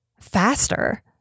faster